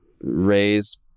raise